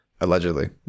Allegedly